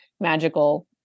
magical